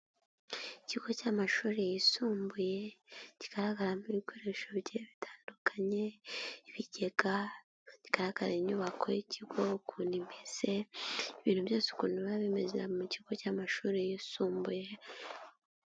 Ikigo cy' amashuri yisumbuye, kigaragaramo ibikoresho bigiye bitandukanye, ibigega, bigaragara inyubako y'ikigo ukuntu imeze, ibintu byose ukuntu biba bimeze mu kigo cy'amashuri yisumbuye.